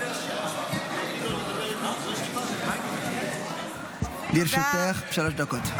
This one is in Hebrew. לרשותך שלוש דקות.